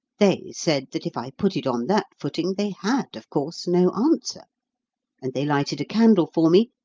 they said that if i put it on that footing, they had, of course, no answer and they lighted a candle for me,